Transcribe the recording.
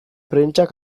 prentsak